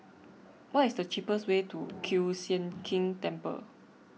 what is the cheapest way to Kiew Sian King Temple